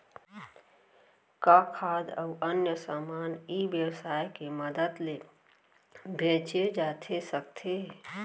का खाद्य अऊ अन्य समान ई व्यवसाय के मदद ले बेचे जाथे सकथे?